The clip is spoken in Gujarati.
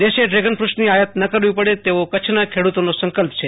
દેશે ડ્રેગન ક્ર્ટ્સની આયાત ન કરવી પડે તેવો કચ્છના ખેડૂતોનો સંકલ્પ છે